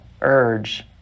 Urge